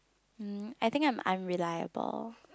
mm I think I'm unreliable